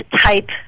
type